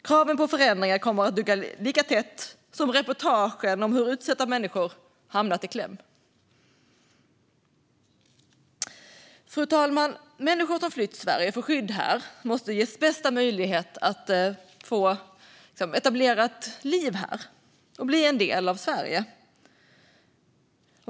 Kraven på förändringar kommer att dugga lika tätt som reportagen om hur utsatta människor hamnat i kläm. Fru talman! Människor som flytt till Sverige för skydd här måste ges bästa möjlighet att etablera ett liv här och bli en del av Sverige.